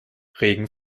regen